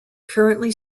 currently